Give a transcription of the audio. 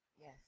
Yes